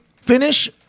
finish